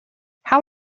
how